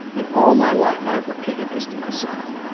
and all my life, i've repeated this to myself.